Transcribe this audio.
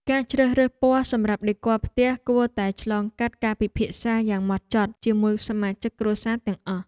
ការជ្រើសរើសពណ៌សម្រាប់ដេគ័រផ្ទះគួរតែឆ្លងកាត់ការពិភាក្សាយ៉ាងម៉ត់ចត់ជាមួយសមាជិកគ្រួសារទាំងអស់។